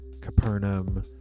Capernaum